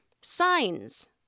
Signs